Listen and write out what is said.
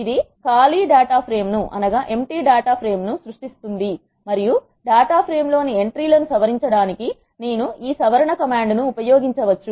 ఇది కాళీ data frame ను సృష్టిస్తుంది మరియు డేటా ఫ్రేమ్ లోని ఎంట్రీ లను సవరించడానికి నేను ఈ ఈ సవరణ కమాండ్ ను ఉపయోగించవచ్చు